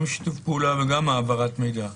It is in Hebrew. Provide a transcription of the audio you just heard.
גם שיתוף פעולה וגם העברת מידע.